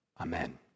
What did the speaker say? Amen